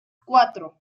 cuatro